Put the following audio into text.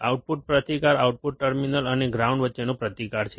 output પ્રતિકાર output terminal અને ground વચ્ચેનો પ્રતિકાર છે